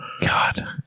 God